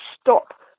stop